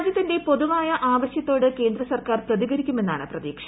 രാജ്യത്തിന്റെ പൊതുവായ ആവശ്യത്തോട് കേന്ദ്ര സർക്കാർ പ്രതികരിക്കുമെന്നാണ് പ്രതീക്ഷ